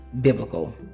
biblical